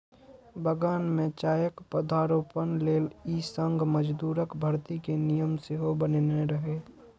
बगान मे चायक पौधारोपण लेल ई संघ मजदूरक भर्ती के नियम सेहो बनेने रहै